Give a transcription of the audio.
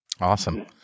Awesome